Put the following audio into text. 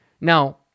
Now